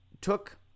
took